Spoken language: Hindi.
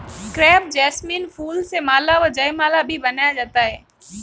क्रेप जैसमिन फूल से माला व जयमाला भी बनाया जाता है